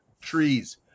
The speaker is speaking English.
trees